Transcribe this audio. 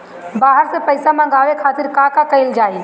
बाहर से पइसा मंगावे के खातिर का कइल जाइ?